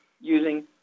using